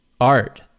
art